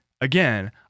again